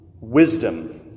wisdom